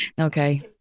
Okay